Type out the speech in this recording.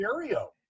Stereo